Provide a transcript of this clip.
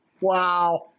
Wow